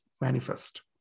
manifest